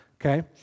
Okay